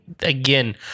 again